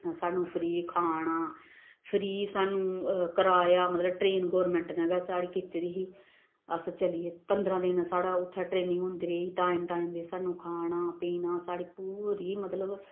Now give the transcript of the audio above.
सानूं फ्री खाना फ्री सानूं कराया मतलब ट्रेन गौरमेंट ने गै साढ़ी कीती दी ही अस चली गे पंदरां दिन साढ़ा उत्थै ट्रेनिंग होंदी रेही टाइम टाइम दी सानूं खाना पीना साढ़ी पूरी मतलब